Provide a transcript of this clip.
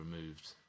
removed